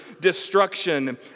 destruction